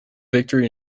victory